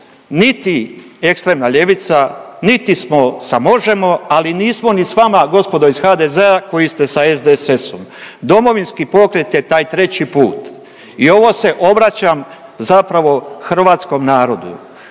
niti ekstremna ljevica, niti smo sa Možemo!, ali nismo ni s vama gospodo iz HDZ-a koji ste sa SDSS-om, Domovinski pokret je taj treći put i ovo se obraćam zapravo hrvatskom narodu.